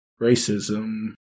racism